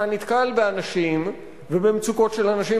אתה נתקל באנשים ובמצוקות של אנשים,